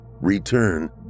return